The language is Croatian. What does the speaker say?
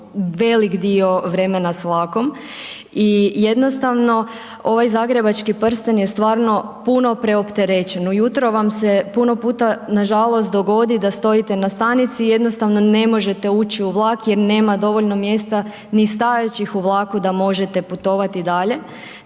velik dio vremena s vlakom i jednostavno ovaj zagrebački prsten je stvarno puno preopterećen. Ujutro vam se puno puta nažalost dogodi da stojite na stanici i jednostavno ne možete ući u vlak jer nema dovoljno mjesta ni stajaćih u vlaku da možete putovati dalje.